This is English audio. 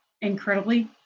incredibly